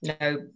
no